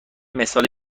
مثال